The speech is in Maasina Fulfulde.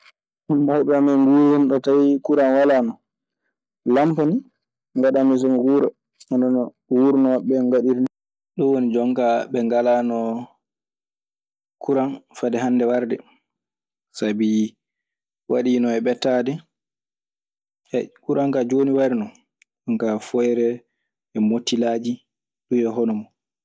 Mawɓe amen ngonii ɗoo tawii kuraŋ walaa non. Lampa nii ngaɗammi so mi wuura hono no wuurnooɓe ɓee ngaɗiri nii. Ɗun woni jon kaa ɓe ngalaano kuran fade hannde warde. Sabi waɗiino e ɓettaade. kuran kaa jooni wari non. Jon kaa foyre e motilaaji. Ɗun e hono mun.